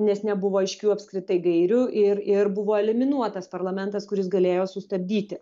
nes nebuvo aiškių apskritai gairių ir ir buvo eliminuotas parlamentas kuris galėjo sustabdyti